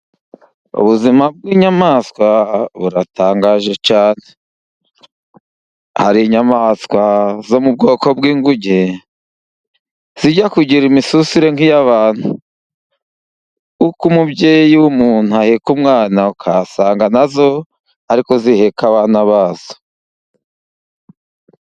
Ubuzima bw'inyamaswa buratangaje cyane. Hari inyamaswa zo mu bwoko bw'inguge, zijya kugira imisusire nk'iy'abantu. Nk'uko umubyeyi w'umuntu aheka umwana, ugasanga nazo ariko ziheka abana bazo.